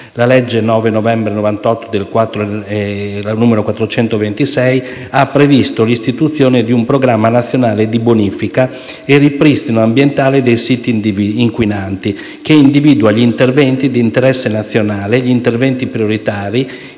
La legge 9 dicembre 1998, n. 426, ha previsto l'istituzione di un Programma nazionale di bonifica e ripristino ambientale dei siti inquinati, che individua gli interventi di interesse nazionale, gli interventi prioritari,